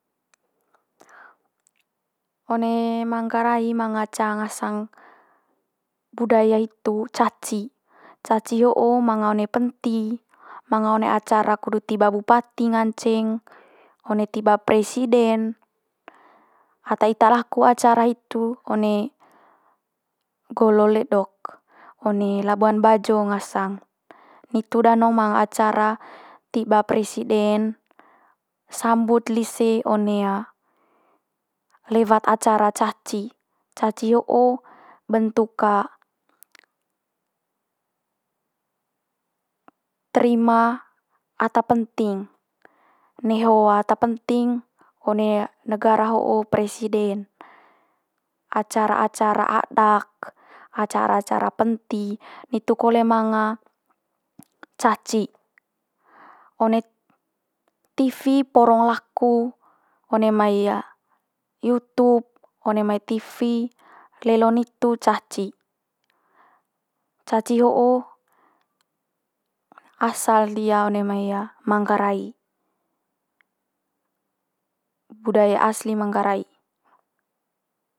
one manggarai manga ca ngasang budaya hitu caci. Caci ho'o manga one penti, manga one acara kudut tiba bupati nganceng, one tiba presiden. Ata ita laku acara hitu one golo ledok one labuan bajo ngasang. Nitu danong manga acara tiba presiden, sambut lise one lewat acara caci. Caci ho'o bentuk terima ata penting neho ata penting one negara ho'o presiden. Acara acara adak, acara acara penti nitu kole manga caci. One tivi porong laku one mai youtube, one mai tivi lelo nitu caci. Caci ho'o asal dia one mai manggarai budaya asli manggarai.